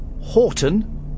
Horton